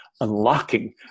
unlocking